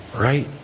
right